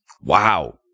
Wow